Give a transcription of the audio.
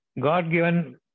God-given